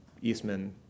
Eastman